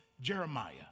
Jeremiah